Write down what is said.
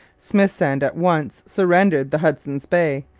smithsend at once surrendered the hudson's bay,